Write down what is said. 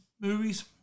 movies